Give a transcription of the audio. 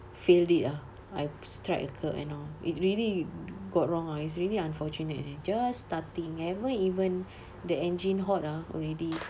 failed it ah I strike a curb and all it really got wrong ah it's really unfortunate eh just starting never even the engine hot ah already